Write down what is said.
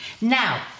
Now